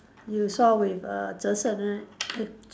you saw with err Zhe Shen right